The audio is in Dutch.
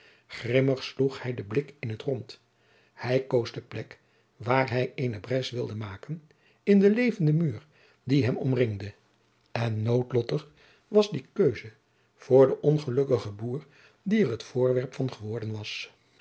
grimmig sloeg hij den blik in t rond hij koos de plek waar hij eene bres wilde maken in den levenden muur die hem omringde en noodlottig was die keuze voor den ongelukkigen boer die er het voorwerp van geworden was